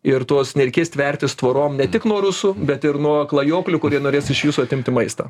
ir tuos nereikės tvertis tvorom ne tik nuo rusų bet ir nuo klajoklių kurie norės iš jūsų atimti maistą